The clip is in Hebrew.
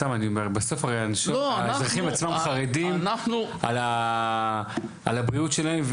בסוף הרי האזרחים עצמם חרדים על הבריאות שלהם.